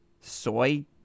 soy